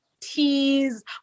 teas